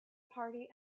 party